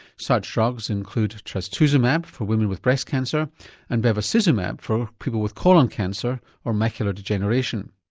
such drugs include trastuzumab for women with breast cancer and bevacizumab for people with colon cancer or macular degeneration.